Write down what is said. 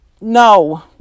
no